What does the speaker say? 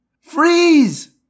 Freeze